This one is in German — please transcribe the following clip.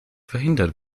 verhindert